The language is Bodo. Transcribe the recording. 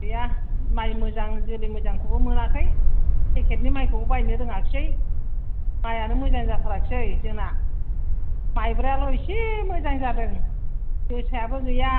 गैया माइ मोजां जोलै मोजांखौबो मोनाखै पेकेटनि माइखौबो बायनो रोङाखैसै माइआनो मोजां जाथारखैसै जोंना माइब्राल' एसे मोजां जादों जोसायाबो गैया